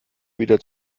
wieder